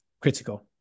critical